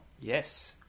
yes